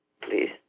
please